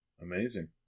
Amazing